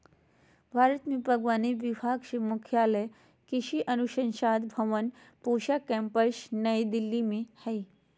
भारत में बागवानी विभाग के मुख्यालय कृषि अनुसंधान भवन पूसा केम्पस नई दिल्ली में हइ